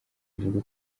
avuga